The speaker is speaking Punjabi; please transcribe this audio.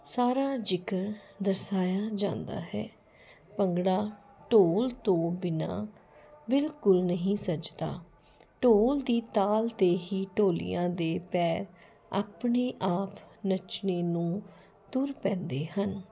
ਸਾਰਾ ਜ਼ਿਕਰ ਦਰਸਾਇਆ ਜਾਂਦਾ ਹੈ ਭੰਗੜਾ ਢੋਲ ਤੋਂ ਬਿਨਾਂ ਬਿਲਕੁਲ ਨਹੀਂ ਸੱਜਦਾ ਢੋਲ ਦੀ ਤਾਲ 'ਤੇ ਹੀ ਢੋਲੀਆਂ ਦੇ ਪੈਰ ਆਪਣੇ ਆਪ ਨੱਚਣੇ ਨੂੰ ਤੁਰ ਪੈਂਦੇ ਹਨ